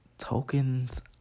Tokens